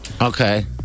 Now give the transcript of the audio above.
Okay